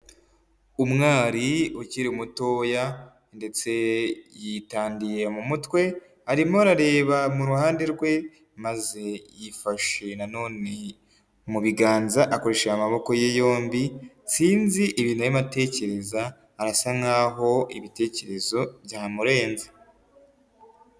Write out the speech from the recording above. Umwari ukiri mutoya ndetse yitandiye mu mutwe arimo arareba mu ruhande rwe maze yifashe nanone mu biganza akoresheje amaboko ye yombi. Sinzi ibintu arimo atekereza arasa nkaho ibitekerezo byamurenze.